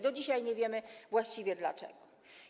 Do dzisiaj nie wiemy właściwie dlaczego.